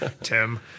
Tim